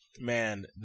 man